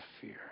fear